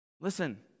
Listen